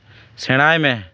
ᱥᱮᱬᱟᱭ ᱢᱮ